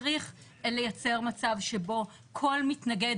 צריך לייצר מצב שבו כל מתנגד,